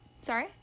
sorry